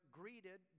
greeted